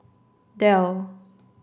Dell